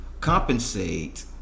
compensate